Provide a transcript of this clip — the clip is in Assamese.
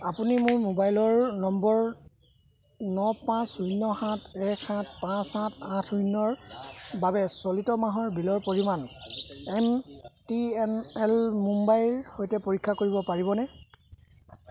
আপুনি মোৰ মোবাইলৰ নম্বৰ ন পাঁচ শূন্য সাত এক সাত পাঁচ সাত আঠ শূন্যৰ বাবে চলিত মাহৰ বিলৰ পৰিমাণ এম টি এন এল মুম্বাইৰ সৈতে পৰীক্ষা কৰিব পাৰিবনে